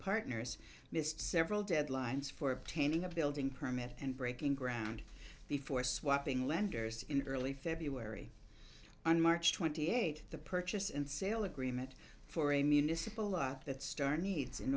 partners missed several deadlines for obtaining a building permit and breaking ground before swapping lenders in early february on march twenty eighth the purchase and sale agreement for a municipal law that star needs in